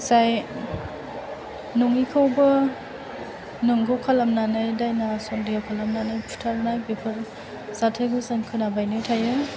जाय नङिखौबो नंगौ खालामनानै दायना सन्देह खालामनानै बुथारनाय बेफोर जाथायखौ जों खोनाबायनो थायो